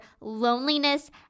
loneliness